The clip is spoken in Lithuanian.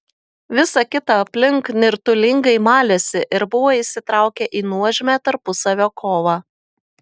visa kita aplink nirtulingai malėsi ir buvo įsitraukę į nuožmią tarpusavio kovą